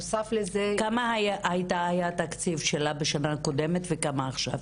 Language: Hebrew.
כמה היה התקציב שלה בשנה קודמת וכמה עכשיו?